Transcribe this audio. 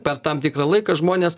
per tam tikrą laiką žmones